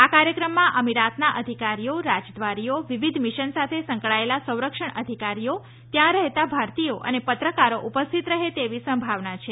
આ કાર્યક્રમમાં અમિરાતના અધિકારીઓ રાજદ્વારીઓ વિવિધ મિશન સાથે સંકળાયેલા સંરક્ષણ અધિકારીઓ ત્યાં રહેતા ભારતીયો અને પત્રકારો ઉપસ્થિત રહે તેવી સંભાવના છે